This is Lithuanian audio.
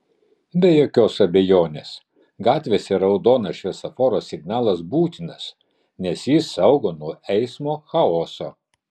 be jokios abejonės gatvėse raudonas šviesoforo signalas būtinas nes jis saugo nuo eismo chaoso